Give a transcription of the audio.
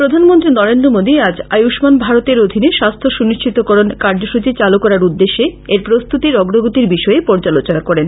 প্রধানমন্ত্রী নরেন্দ্র মোদী আজ আয়ুম্মান ভারতের অধীনে স্বাস্থ্য সুনিশ্চিতকরণ কার্যসূচী চালু করার উদ্দেশ্যে এর প্রস্তুতির অগ্রগতির বিষয়ে পর্যালোচনা করেন